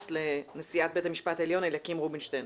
לנשיאת בית המשפט העליון אליקים רובינשטיין.